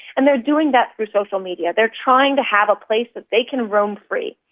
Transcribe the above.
and they're doing that through social media, they're trying to have a place that they can roam free.